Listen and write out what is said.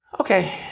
Okay